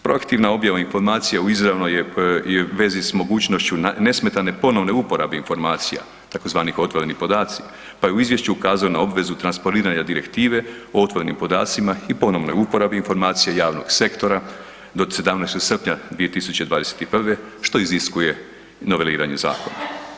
Proaktivna objava informacija u izravnoj je vezi s mogućnošću nesmetane ponovne uporabe informacija tzv. otvoreni podaci, pa je u izvješću ukazao na obvezu transponiranja direktive o otvorenim podacima i ponovnoj uporabi informacija javnog sektora do 17. srpnja 2021., što iziskuje noveliranje zakona.